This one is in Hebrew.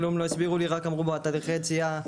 כלום לא הסבירו לי, רק אמרו בתהליכי היציאה,